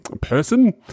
person